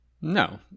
No